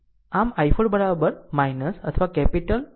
આમ i4 અથવા capital i4